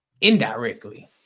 indirectly